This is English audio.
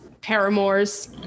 paramours